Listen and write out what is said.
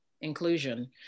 inclusion